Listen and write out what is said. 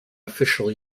official